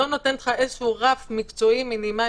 אז בעצם נצטרך לפתוח את האפשרות לאלה שטיפלו עבור נושים.